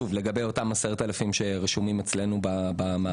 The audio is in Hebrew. לגבי אותם 10,000 שרשומים אצלנו במערכת.